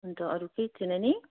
अन्त अरू केही थियो नानी